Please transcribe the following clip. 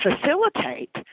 facilitate